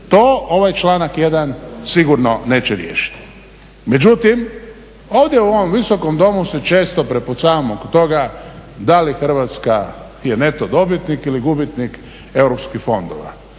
To ovaj članak 1. sigurno neće riješiti. Međutim, ovdje u ovom visokom domu se često prepucavamo oko toga da li Hrvatska je neto dobitnik ili gubitnik europskih fondova.